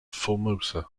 formosa